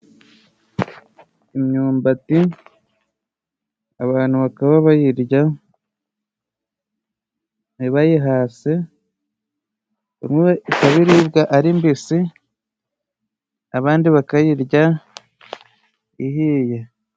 Imyumbati ,abantu bakaba bayirya, ntibayihase ,imwe ikaba iribwa ari mbisi abandi bakayirya ihiye.